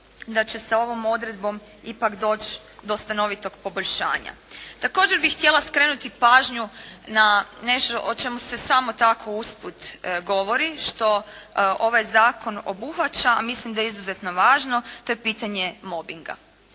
da će se ovom odredbom ipak doći do stanovitog poboljšanja. Također bih htjela skrenuti pažnju na nešto o čemu se samo tako usput govori što ovaj zakon obuhvaća, a mislim da je izuzetno važno, to je pitanje mobinga.